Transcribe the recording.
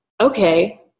okay